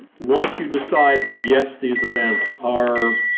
once you decide that yes, these events are